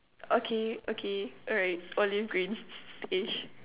okay okay alright olive greenish